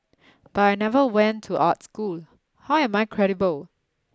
but I never went to art school how am I credible